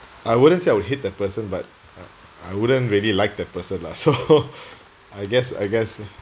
I wouldn't say I would hate the person but I I wouldn't really like the person lah so I guess I guess